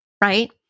right